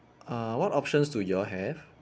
uh what options do y'all have